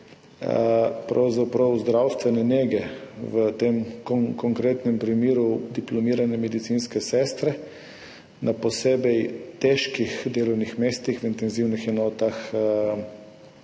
del zdravstvene nege, v tem konkretnem primeru diplomirane medicinske sestre na posebej težkih delovnih mestih, v intenzivnih enotah